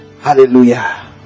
Hallelujah